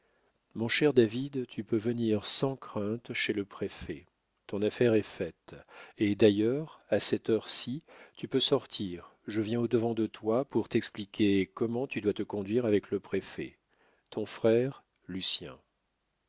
mon cher david tu peux venir sans crainte chez le préfet ton affaire est faite et d'ailleurs à cette heure-ci tu peux sortir je viens au-devant de toi pour t'expliquer comment tu dois te conduire avec le préfet ton frère lucien